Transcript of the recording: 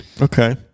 Okay